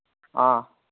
ꯑ